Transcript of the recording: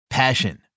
Passion